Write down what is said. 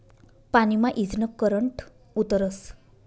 पानी मा ईजनं करंट उतरस